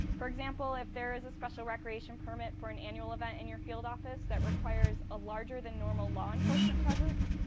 for example, if there is a special recreation permit for an annual event in your field office that requires a larger than normal law enforcement presence,